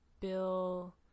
Bill